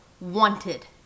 wanted